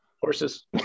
horses